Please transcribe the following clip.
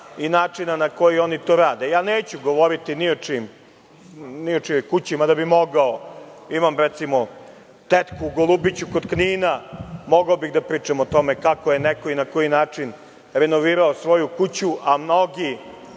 i načina na koji oni to rade. Neću govoriti ni o čijoj kući, mada bih mogao. Imam recimo tetku u Golubiću kod Knina, mogao bih da pričam o tome kako je neko i na koji način renovirao svoju kuću, a mnogi